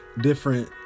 different